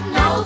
no